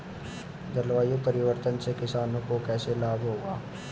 जलवायु परिवर्तन से किसानों को कैसे लाभ होगा?